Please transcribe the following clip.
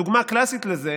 הדוגמה הקלאסית לזה,